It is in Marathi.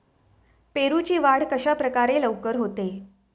पेरूची वाढ कशाप्रकारे लवकर होते?